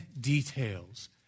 details